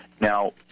Now